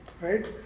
right